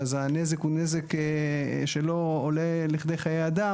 אז הנזק הוא נזק שלא עולה לכדי חיי אדם.